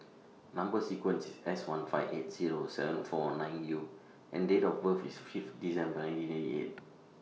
Number sequence IS S one five eight Zero seven four nine U and Date of birth IS five December nineteen ninety eight